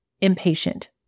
impatient